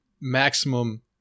maximum